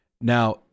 Now